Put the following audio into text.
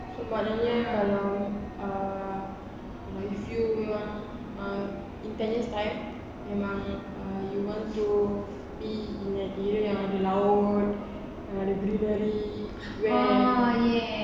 so maknanya kalau uh kalau if you yang in ten years time memang you want to be in an area yang ada laut yang ada greenery where